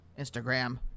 Instagram